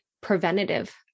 preventative